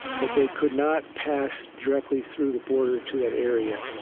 but they could not pass directly through the border to that area.